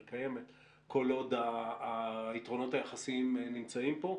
היא קיימת כל עוד היתרונות היחסיים נמצאים פה.